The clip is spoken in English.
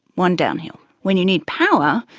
one downhill. when you need power,